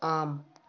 ஆம்